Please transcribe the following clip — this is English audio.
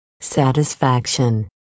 Satisfaction